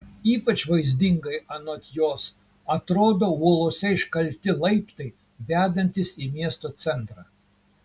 ypač vaizdingai anot jos atrodo uolose iškalti laiptai vedantys į miesto centrą